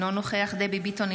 אינו נוכח דבי ביטון,